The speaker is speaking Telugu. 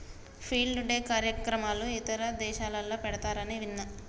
ఫీల్డ్ డే కార్యక్రమాలు ఇతర దేశాలల్ల పెడతారని విన్న